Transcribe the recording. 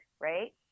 right